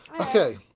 Okay